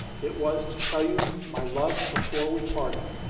it was to tell you my love before we parted,